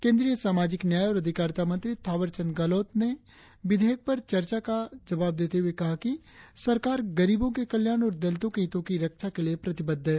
केंद्रीय सामाजिक न्याय और अधिकारिता मंत्री थावरचंद गहलोत बे विधेयक पर चर्चा का जवाब देते हुए कहा कि सरकार गरीबों के कल्याण और दलितों के हितों की रक्षा के लिए प्रतिबद्ध है